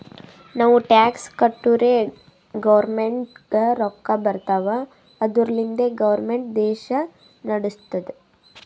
ನಾವು ಟ್ಯಾಕ್ಸ್ ಕಟ್ಟುರೇ ಗೌರ್ಮೆಂಟ್ಗ ರೊಕ್ಕಾ ಬರ್ತಾವ್ ಅದುರ್ಲಿಂದೆ ಗೌರ್ಮೆಂಟ್ ದೇಶಾ ನಡುಸ್ತುದ್